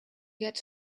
get